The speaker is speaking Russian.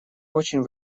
очень